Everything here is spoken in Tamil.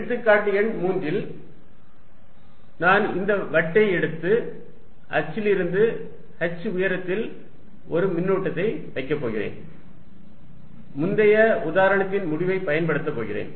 எடுத்துக்காட்டு எண் 3 இல் நான் இந்த வட்டை எடுத்து அச்சிலிருந்து h உயரத்தில் ஒரு மின்னூட்டத்தை வைக்கப் போகிறேன் முந்தைய உதாரணத்தின் முடிவைப் பயன்படுத்தப் போகிறேன்